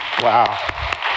Wow